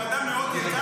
הוא אדם מאוד יקר,